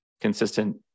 consistent